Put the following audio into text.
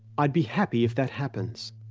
i'd be happy if that happens.